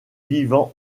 vivant